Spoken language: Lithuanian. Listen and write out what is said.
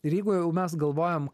ir jeigu jau mes galvojam